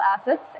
assets